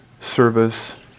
service